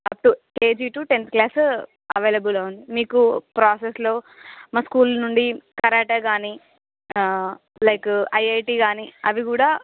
అటు KG to tenth class available ఉంది మీకు ప్రాసెస్లో మా స్కూల్ నుండి కరాటే కానీ లైక్ ఐఐటీ కానీ అవి కూడా